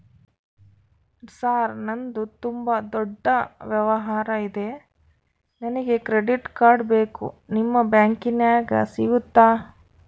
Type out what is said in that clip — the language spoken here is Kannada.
ಸರ್ ನಂದು ತುಂಬಾ ದೊಡ್ಡ ವ್ಯವಹಾರ ಇದೆ ನನಗೆ ಕ್ರೆಡಿಟ್ ಕಾರ್ಡ್ ಬೇಕು ನಿಮ್ಮ ಬ್ಯಾಂಕಿನ್ಯಾಗ ಸಿಗುತ್ತಾ?